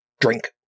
drink